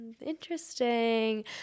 interesting